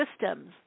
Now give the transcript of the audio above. systems